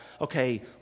okay